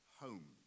home